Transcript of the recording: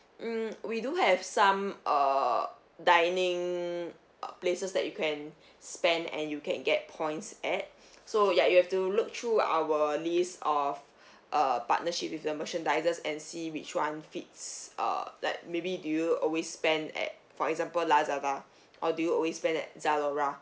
mm we do have some err dining uh places that you can spend and you can get points at so ya you have to look through our list of uh partnership with the merchandises and see which one fits err like maybe do you always spend at for example lazada or do you always spend at zalora